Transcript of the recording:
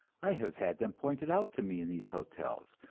i have had them pointed out to me in these hotels,